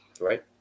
right